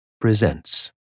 presents